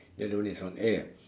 the other one is on air